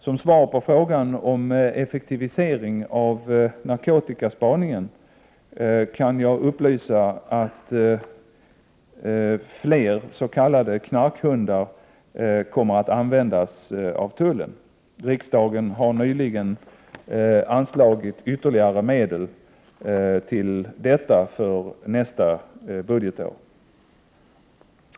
Som svar på frågan om effektivisering av narkotikaspaningen kan jag upplysa att fler s.k. knarkhundar kommer att användas inom tullen. Riksdagen har nyligen anslagit ytterligare medel till detta för nästa budgetår.